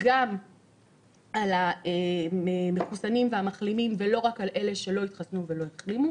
גם על המחוסנים ועל המחלימים ולא רק על אלה שלא התחסנו ולא החלימו.